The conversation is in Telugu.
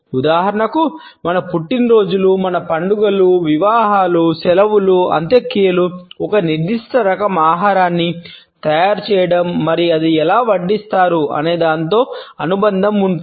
ఉదాహరణకు మన పుట్టినరోజులు మన పండుగలు వివాహాలు సెలవులు అంత్యక్రియలు ఒక నిర్దిష్ట రకం ఆహారాన్ని తయారుచేయడం మరియు అది ఎలా వడ్డిస్తారు అనే దానితో అనుబంధం ఉంటుంది